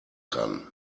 kann